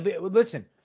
Listen